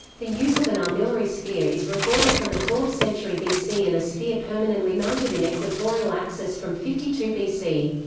the use of an armillary sphere is recorded from the fourth century bc and a sphere permanently mounted in equatorial axis from fifty two bc.